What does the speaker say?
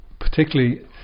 particularly